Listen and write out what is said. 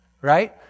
right